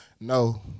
no